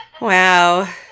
Wow